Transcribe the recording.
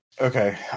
Okay